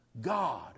God